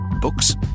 books